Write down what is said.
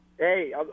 Hey